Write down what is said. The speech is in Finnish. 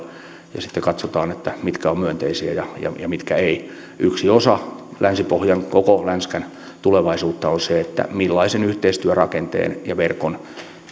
ja sitten katsotaan mitkä ovat myönteisiä ja ja mitkä eivät yksi osa länsi pohjan koko länskän tulevaisuutta on se millainen yhteistyörakenne ja